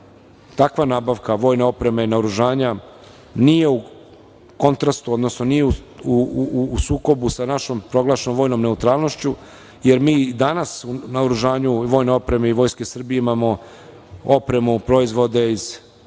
takva nabavka vojne opreme i naoružanja nije u sukobu sa našom proglašenom vojnom neutralnošću, jer mi i danas u naoružanju vojne opreme i vojske Srbije imamo opremu i proizvode iz